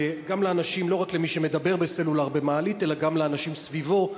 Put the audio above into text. לא רק למי שמדבר בסלולר במעלית אלא גם לאנשים סביבו.